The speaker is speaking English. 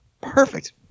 perfect